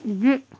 زِ